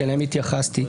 שאליהם התייחסתי,